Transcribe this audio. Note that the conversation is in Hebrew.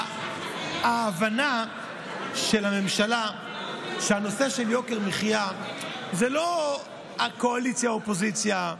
ההבנה של הממשלה היא שהנושא של יוקר מחיה הוא לא קואליציה אופוזיציה.